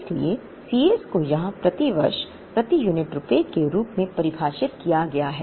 इसलिए Cs को यहां प्रति वर्ष प्रति यूनिट रुपये के रूप में परिभाषित किया गया है